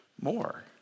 more